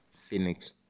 Phoenix